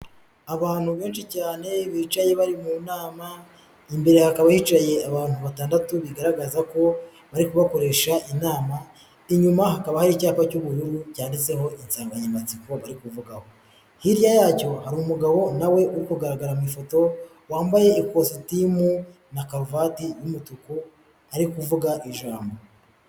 Abantu benshi cyane bicaye bari mu nama, imbere hakaba hicaye abantu batandatu bigaragaza ko bari kubakoresha inama, inyuma hakaba hari icyapa cy'ubururu cyanditseho insanganyamatsiko bari kuvugaho, hirya yacyo hari umugabo nawe uri kugaragara mu ifoto, wambaye ikositimu na karuvati y'umutuku ari kuvuga ijambo.